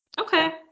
Okay